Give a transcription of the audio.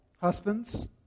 husbands